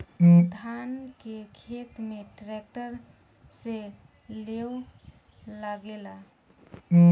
धान के खेत में ट्रैक्टर से लेव लागेला